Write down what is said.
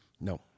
No